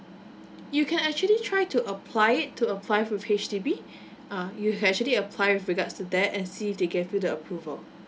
you can actually try to apply it to apply with H_D_B ah you can actually apply with regards to that and see if they gave you the approval